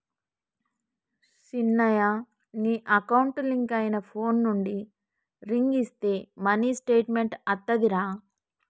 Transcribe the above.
సిన్నయ నీ account link అయిన ఫోన్ నుండి రింగ్ ఇస్తే మినీ స్టేట్మెంట్ అత్తాదిరా